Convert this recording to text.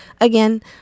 again